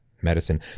medicine